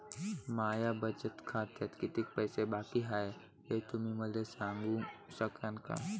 माया बचत खात्यात कितीक पैसे बाकी हाय, हे तुम्ही मले सांगू सकानं का?